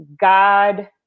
God